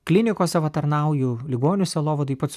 klinikose va tarnauju ligonių sielovadoj pats